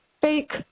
fake